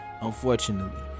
unfortunately